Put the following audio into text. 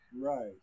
Right